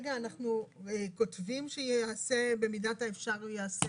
כרגע אנחנו כותבים שבמידת האפשר ייעשה